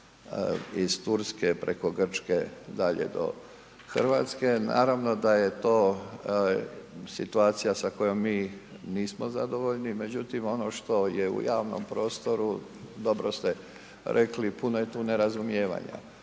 iz Turske preko Grčke dalje do Hrvatske. Naravno da je to situacija sa kojom mi nismo zadovoljni, međutim ono što je u javnom prostoru dobro ste rekli puno je tu nerazumijevanja,